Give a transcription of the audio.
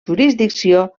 jurisdicció